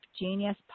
Genius